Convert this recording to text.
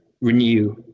renew